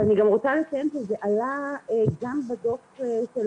ואני גם רוצה לציין פה בעיה גם בדו"ח של